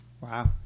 Wow